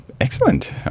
excellent